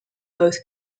both